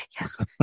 yes